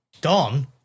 Don